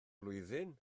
flwyddyn